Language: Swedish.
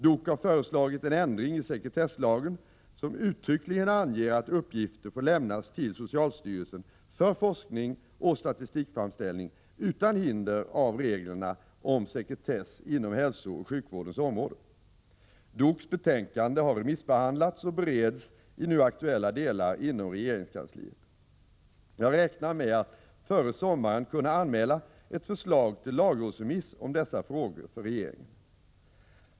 DOK har föreslagit en ändring i sekretesslagen som uttryckligen anger att uppgifter får lämnas till socialstyrelsen för forskning och statistikframställning utan hinder av reglerna om sekretess inom hälsooch sjukvårdens område. DOK:s betänkande har remissbehandlats och bereds i nu aktuella delar inom regeringskansliet. Jag räknar med att före sommaren kunna anmäla ett förslag till lagrådsremiss om dessa frågor för regeringen.